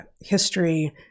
history